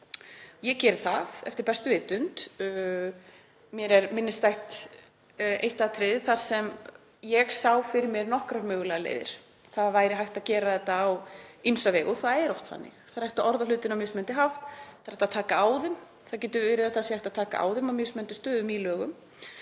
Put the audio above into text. Ég gerði það eftir bestu vitund. Mér er minnisstætt eitt atriði þar sem ég sá fyrir mér nokkrar mögulegar leiðir, að það væri hægt að gera þetta á ýmsa vegu. Og það er oft þannig. Það er hægt að orða hlutina á mismunandi hátt og hægt að taka á þeim og það getur verið að það sé hægt að taka á þeim á mismunandi stöðum í lögum.